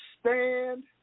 stand